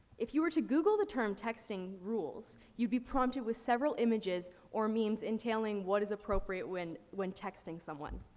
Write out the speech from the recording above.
if you were to google the term texting rules, you'd be prompted with several images or memes entailing what is appropriate when, when texting someone.